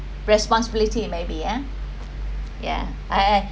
responsibility maybe ah ya